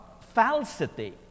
falsity